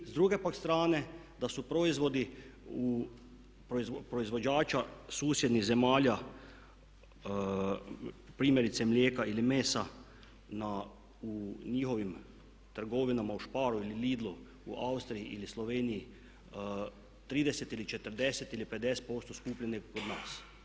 S druge pak strane, da su proizvodi proizvođača susjednih zemalja primjerice mlijeka ili mesa u njihovim trgovinama u Sparu ili Lidlu u Austriji ili Sloveniji 30 ili 40 ili 50% skuplji nego kod nas.